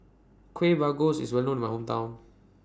Kueh Bugis IS Well known in My Hometown